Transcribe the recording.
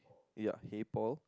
ya hip pop